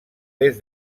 des